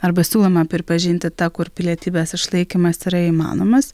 arba siūloma pripažinti tą kur pilietybės išlaikymas yra įmanomas